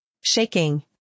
Shaking